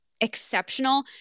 exceptional